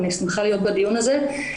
אני שמחה להיות בדיון הזה.